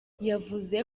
yavuze